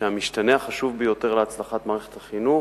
שהמשתנה החשוב ביותר להצלחת מערכת החינוך,